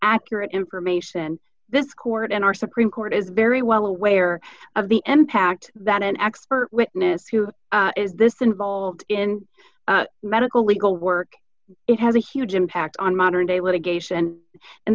accurate information and this court in our supreme court is very well aware of the n pact that an expert witness who is this involved in medical legal work it has a huge impact on modern day litigation and